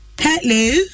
Hello